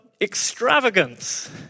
extravagance